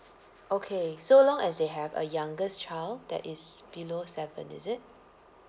okay so long as they have a youngest child that is below seven is it